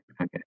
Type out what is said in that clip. Okay